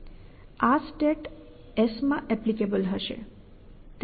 આ state S માં APPLICABLE હશે